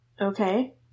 Okay